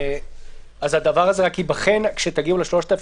אז הדבר הזה ייבחן רק כשתגיעו ל-3,000?